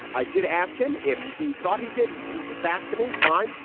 i did ask him if he thought he did. he didn't get back to me. fine.